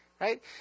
right